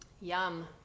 Yum